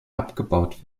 abgebaut